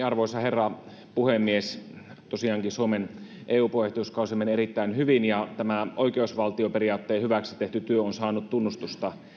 arvoisa herra puhemies tosiaankin suomen eu puheenjohtajuuskausi meni erittäin hyvin ja tämä oikeusvaltioperiaatteen hyväksi tehty työ on saanut tunnustusta